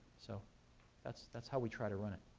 so that's that's how we try to run it.